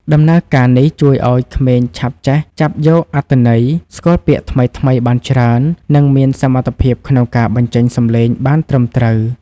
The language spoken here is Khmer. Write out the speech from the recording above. ដំណើរការនេះជួយឱ្យក្មេងឆាប់ចេះចាប់យកអត្ថន័យ ស្គាល់ពាក្យថ្មីៗបានច្រើន និងមានសមត្ថភាពក្នុងការបញ្ចេញសំឡេងបានត្រឹមត្រូវ